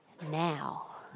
now